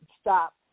stop